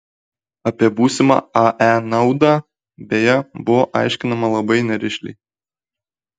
apie būsimą ae naudą beje buvo aiškinama labai nerišliai